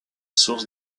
source